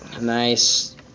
Nice